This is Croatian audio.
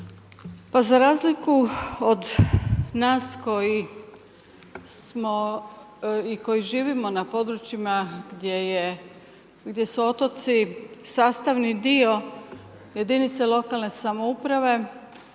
Za razliku od nas, koji smo i koji živimo na područjima, gdje je, gdje su otoci sastavni dio jedinice lokalne samouprave,